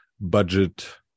budget